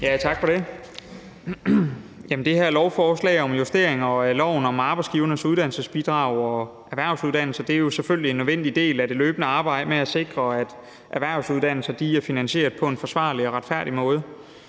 Tak for det. Det her lovforslag om justeringer af loven om arbejdsgivernes uddannelsesbidrag og erhvervsuddannelser er selvfølgelig en nødvendig del af det løbende arbejde med at sikre, at erhvervsuddannelser er finansieret på en forsvarlig og retfærdig måde.